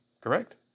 Correct